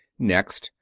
next,